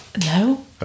No